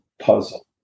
Puzzle